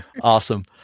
Awesome